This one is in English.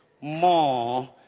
more